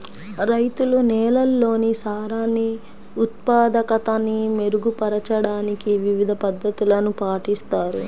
రైతులు నేలల్లోని సారాన్ని ఉత్పాదకతని మెరుగుపరచడానికి వివిధ పద్ధతులను పాటిస్తారు